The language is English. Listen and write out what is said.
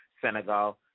Senegal